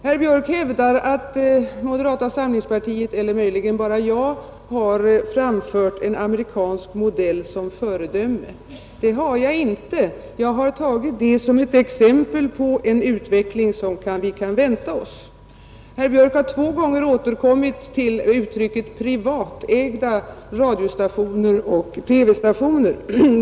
Herr Björk hävdar, att moderata samlingspartiet — eller möjligen bara jag — har åberopat en amerikansk modell som föredöme. Det har jag inte, utan jag har anfört den som exempel på en utveckling som vi kan vänta OSS. Herr Björk har två gånger återkommit till uttrycket privatägda radiooch TV-stationer.